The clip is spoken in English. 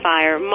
Fire